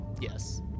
Yes